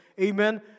Amen